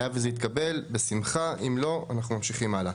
היה וזה יתקבל, בשמחה, אם לא, אנחנו ממשיכים הלאה.